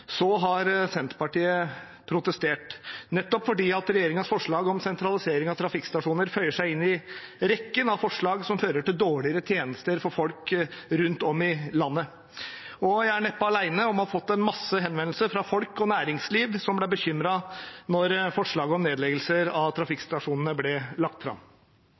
har Senterpartiet protestert, nettopp fordi regjeringens forslag om sentralisering av trafikkstasjoner føyer seg inn i rekken av forslag som fører til dårligere tjenester for folk rundt om i landet. Jeg er neppe alene om å ha fått mange henvendelser fra folk og næringsliv som ble bekymret da forslaget om nedleggelse av trafikkstasjonene ble lagt fram.